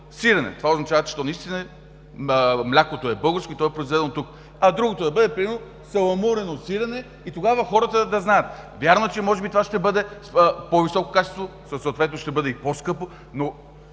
сирене, това означава, че млякото е българско и то е произведено тук, а другото да бъде саламурено сирене и тогава хората да знаят. Вярно, че това ще бъде с по-високо качество, съответно ще бъде и по-скъпо, но